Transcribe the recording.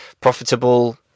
profitable